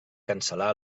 cancel·lar